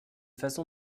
façon